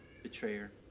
betrayer